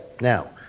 Now